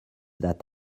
that